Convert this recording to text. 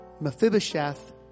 Mephibosheth